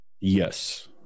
Yes